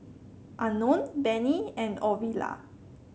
Unknown Benny and Ovila